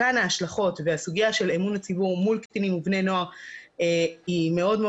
ההשלכות והסוגיה של אמון הציבור מול קטינים ובני נוער היא מאוד-מאוד